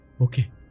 okay